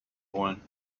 holen